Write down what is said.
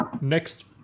next